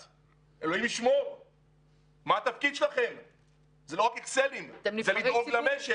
עלתה גם טענה שיש עסקים שלא יכולים לגשת כי הם קיבלו הלוואה בקרן